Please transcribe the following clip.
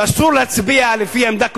שבהם אסור להצביע לפי עמדה קואליציונית.